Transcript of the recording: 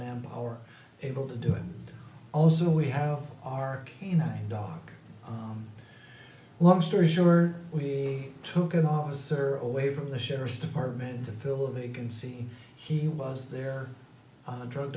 manpower able to do it also we have our canine dog on long story short we took an officer away from the sheriff's department to fill a vacancy he was there on drug